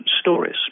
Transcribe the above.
stories